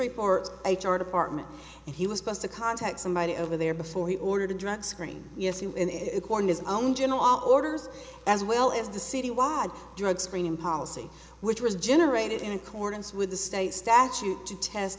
street or h r department and he was supposed to contact somebody over there before he ordered a drug screen yes in his own general orders as well as the citywide drug screening policy which was generated in accordance with the state statute to test